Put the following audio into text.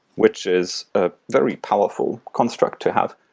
which is a very powerful construct to have.